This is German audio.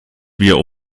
wir